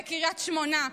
בקריית שמונה,